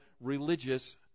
religious